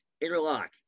interlock